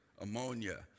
ammonia